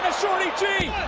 shorty g.